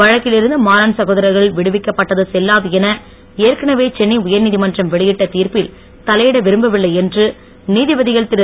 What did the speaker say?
வழக்கில் இருந்து மாறன் சகோதரர்கள் விடுவிக்கப்பட்டது செல்லாது என ஏற்கனவே சென்னை உயர் நீதிமன்றம் வெளியிட்ட தீர்ப்பில் தலையிட விரும்பவில்லை என்று நீதிபதிகள் திரு